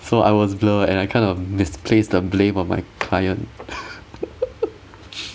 so I was blur and I kind of mispplaced the blame on my client